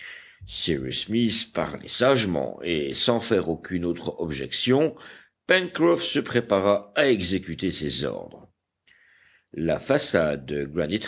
smith parlait sagement et sans faire aucune autre objection pencroff se prépara à exécuter ses ordres la façade